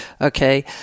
Okay